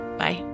Bye